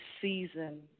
season